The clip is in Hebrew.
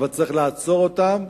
אבל צריך לעצור אותם,